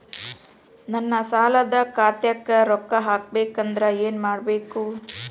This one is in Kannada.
ನನ್ನ ಸಾಲದ ಖಾತಾಕ್ ರೊಕ್ಕ ಹಾಕ್ಬೇಕಂದ್ರೆ ಏನ್ ಮಾಡಬೇಕು?